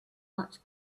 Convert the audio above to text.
much